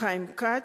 חיים כץ,